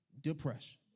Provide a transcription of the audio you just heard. depression